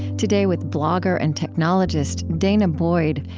today, with blogger and technologist danah boyd,